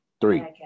Three